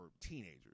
teenagers